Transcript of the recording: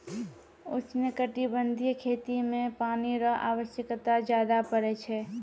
उष्णकटिबंधीय खेती मे पानी रो आवश्यकता ज्यादा पड़ै छै